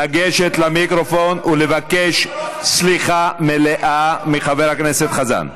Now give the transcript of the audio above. לגשת למיקרופון ולבקש סליחה מליאה מחבר הכנסת גילאון.